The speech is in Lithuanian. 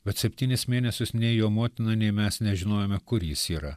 bet septynis mėnesius nei jo motina nei mes nežinojome kur jis yra